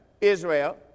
Israel